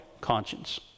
conscience